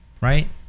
right